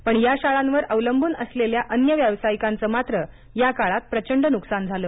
पण या शाळांवर अवलंबून असलेल्या अन्य व्यावसायिकांचं मात्र या काळात प्रचंड नुकसान झालं